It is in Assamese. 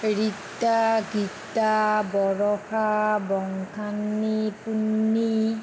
ৰীতা গীতা বৰষা বংকানী পূৰ্ণি